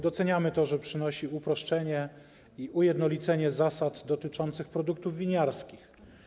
Doceniamy to, że przynosi uproszczenie i ujednolicenie zasad dotyczących produktów winiarskich.